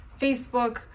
Facebook